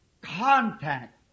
contact